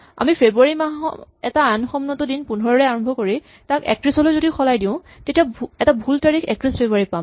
আমি ফেব্ৰুৱাৰী মাহৰ এটা আইনসন্মত দিন ১৫ ৰে আৰম্ভ কৰি তাক ৩১ লৈ যদি সলাওঁ তেতিয়া এটা ভুল তাৰিখ ৩১ ফেব্ৰুৱাৰী পাম